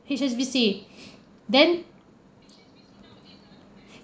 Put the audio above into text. H_S_B_C then